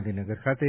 ગાંધીનગર ખાતે